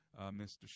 Mr